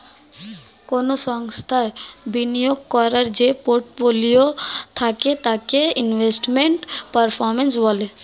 কোন সংস্থায় বিনিয়োগ করার যে পোর্টফোলিও থাকে তাকে ইনভেস্টমেন্ট পারফর্ম্যান্স বলে